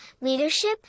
leadership